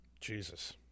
Jesus